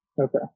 Okay